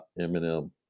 Eminem